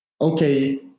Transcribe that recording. okay